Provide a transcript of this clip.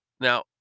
Now